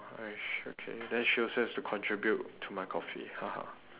!hais! okay then she also has to contribute to my coffee